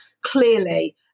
clearly